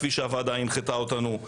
כפי שהוועדה הנחתה אותנו.